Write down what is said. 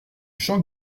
champ